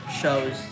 shows